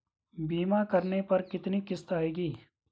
बीमा करने पर कितनी किश्त आएगी?